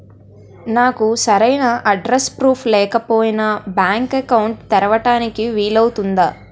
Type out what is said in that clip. నాకు సరైన address proof లేకపోయినా బ్యాంక్ అకౌంట్ తెరవడానికి వీలవుతుందా?